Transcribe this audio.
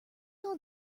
all